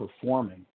performing